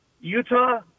Utah